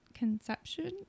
conception